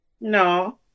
No